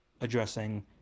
addressing